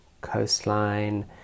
coastline